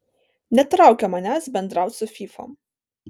netraukia manęs bendraut su fyfom